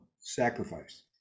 sacrifice